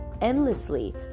endlessly